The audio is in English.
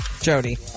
jody